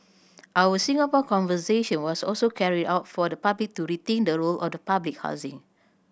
our Singapore Conversation was also carried out for the public to rethink the role of the public housing